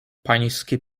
pańskie